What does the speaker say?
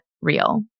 real